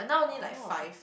oh